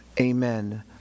amen